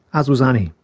as was annie.